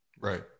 Right